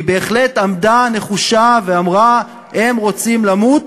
והיא בהחלט עמדה נחושה ואמרה: הם רוצים למות?